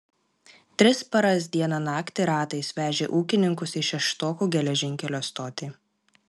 tris paras dieną naktį ratais vežė ūkininkus į šeštokų geležinkelio stotį